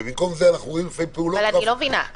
ובמקום זה אנחנו רואים לפעמים פעולות ראוותניות,